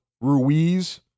Ruiz